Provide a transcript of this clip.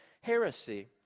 heresy